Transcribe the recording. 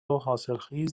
حاصلخیز